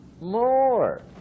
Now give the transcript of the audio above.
more